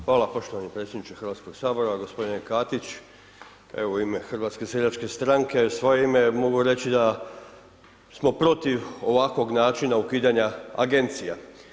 Hvala poštovani predsjedniče Hrvatskog sabora, gospodine Katić evo u ime HSS-a, u svoje ime mogu reći da smo protiv ovakvog načina ukidanja agencija.